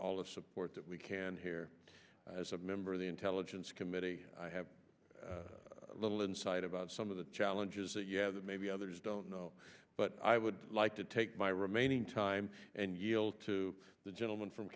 all the support that we can here as a member of the intelligence committee i have a little insight about some of the challenges that yeah that maybe others don't know but i would like to take my remaining time and yield to the gentleman from